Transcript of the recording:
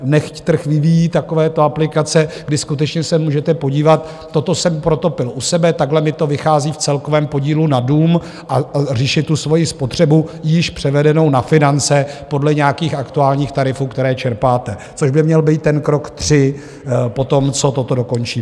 Nechť trh vyvíjí takovéto aplikace, kdy se skutečně můžete podívat: toto jsem protopil u sebe, takhle mi to vychází v celkovém podílu na dům, a řešit svoji spotřebu již převedenou na finance podle nějakých aktuálních tarifů, které čerpáte, což by měl být krok 3 po tom, co toto dokončíme.